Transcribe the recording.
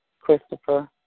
Christopher